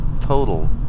total